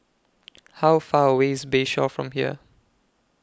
How Far away IS Bayshore from here